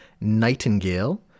Nightingale